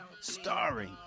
Starring